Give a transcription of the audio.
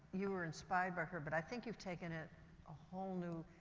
you were inspired by her, but i've think you've taken it a whole new